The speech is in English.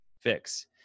fix